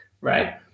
right